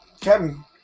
Kevin